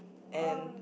and